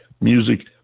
music